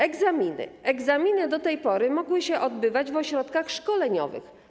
Egzaminy do tej pory mogły się odbywać w ośrodkach szkoleniowych.